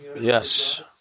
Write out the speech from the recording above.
Yes